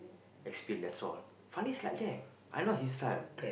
explain that's all Fandi is like that I know his style